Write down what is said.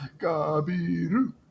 Gabiru